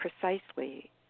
precisely